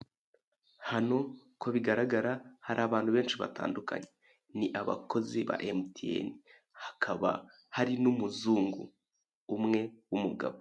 Hano uko bigaragara hari abantu benshi batandukanye, ni abakozi ba MTN hakaba hari n'umuzungu umwe w'umugabo.